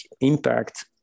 impact